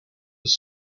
was